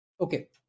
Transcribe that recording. Okay